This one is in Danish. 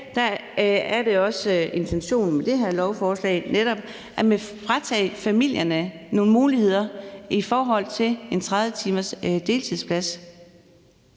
forslag om, gør. Intentionen med det her lovforslag i dag er netop at fratage familierne nogle muligheder i forhold til en 30-timers deltidsplads.